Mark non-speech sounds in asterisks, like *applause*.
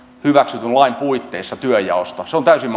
hyväksytyn lain puitteissa työnjaosta se on täysin *unintelligible*